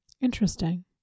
Interesting